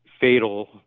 fatal